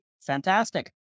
Fantastic